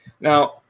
now